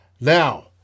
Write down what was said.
Now